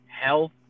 health